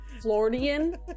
Floridian